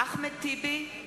אחמד טיבי,